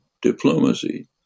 diplomacy